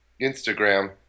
Instagram